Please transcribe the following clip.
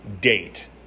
date